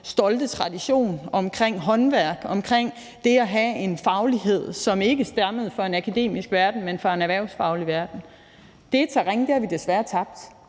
stolte tradition omkring håndværk, omkring det at have en faglighed, som ikke stammede fra en akademisk verden, men fra en erhvervsfaglig verden. Det terræn har vi desværre tabt.